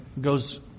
goes